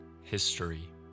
History